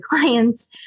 clients